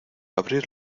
abrir